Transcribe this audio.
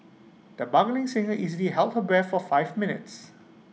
the bugling singer easily held her breath for five minutes